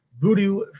Voodoo